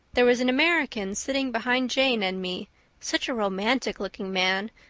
there was an american sitting behind jane and me such a romantic-looking man,